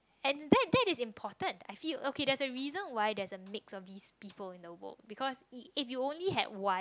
and that that is important I feel okay that's the reason why there's a mix of these people in the world because if if you only had one